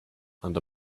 under